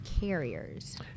carriers